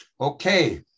Okay